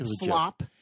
flop